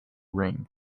ring